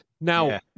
Now